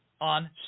on